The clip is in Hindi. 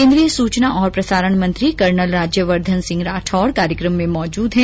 केन्द्रीय सूचना और प्रसारण मंत्री कर्नल राज्यवर्द्वन सिंह राठौड़ कार्यकम में मौजूद है